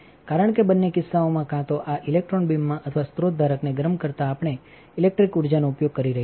કારણ કે બંને કિસ્સાઓમાં કાં તો આ ઇલેક્ટ્રોન બીમમાં અથવા સ્રોત ધારકને ગરમ કરતા આપણેઇલેક્ટ્રિક energyર્જાનોઉપયોગકરીરહ્યા છીએ